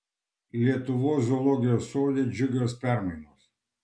lietuvos zoologijos sode džiugios permainos